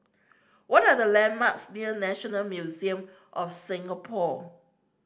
what are the landmarks near National Museum of Singapore